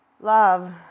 love